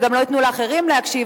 הם גם לא ייתנו לאחרים להקשיב,